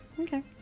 Okay